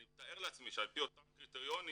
אני מתאר לעצמי שעל פי אותם קריטריונים,